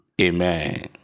Amen